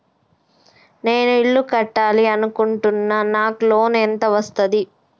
నేను ఇల్లు కట్టాలి అనుకుంటున్నా? నాకు లోన్ ఎంత వస్తది?